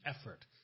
effort